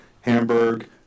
Hamburg